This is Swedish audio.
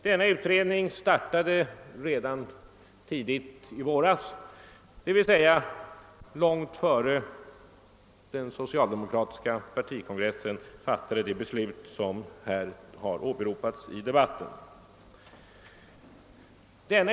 Denna utredning startade redan tidigt i våras, alltså långt innan den socialdemokratiska partikongressen fattade det beslut som åberopats här i debatten.